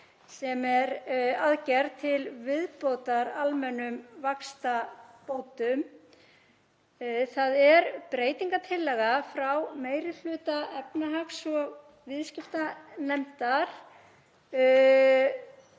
sem er aðgerð til viðbótar almennum vaxtabótum. Það er breytingartillaga frá meiri hluta efnahags- og viðskiptanefndar